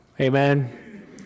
Amen